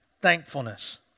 thankfulness